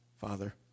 Father